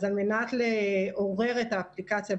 אז על מנת לעורר את האפליקציה,